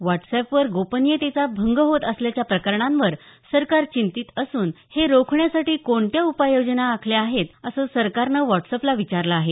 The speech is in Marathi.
व्हाटसएपवर गोपनीयतेचा भंग होत असल्याच्या प्रकरणांवर सरकार चिंतीत असून हे रोखण्यासाठी कोणत्या उपाययोजना आखल्या आहेत असं सरकारनं व्हाट्सअॅपला विचारलं आहे